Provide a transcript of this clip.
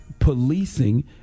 policing